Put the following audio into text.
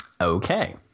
Okay